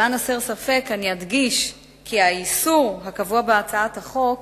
למען הסר ספק, אדגיש כי האיסור הקבוע בהצעת החוק